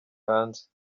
hanze